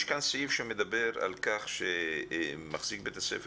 יש כאן סעיף שמדבר על כך שמחזיק בית הספר